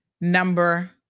number